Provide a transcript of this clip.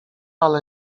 ale